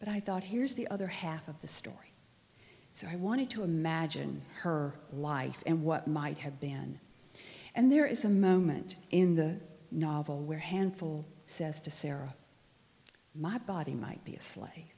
but i thought here's the other half of the story so i wanted to imagine her life and what might have banned and there is a moment in the novel where handful says to sara my body might be a slight